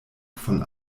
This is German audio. von